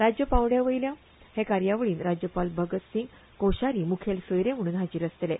राज्य पांवड्या वयल्या हे कार्यावळीक राज्यपाल भगतसिंग कोश्यारी मुखेल सोयरे म्हणून हाजीर आसतले